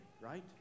right